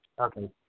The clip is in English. Okay